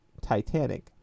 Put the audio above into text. Titanic